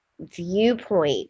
viewpoint